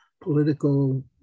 political